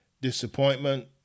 disappointment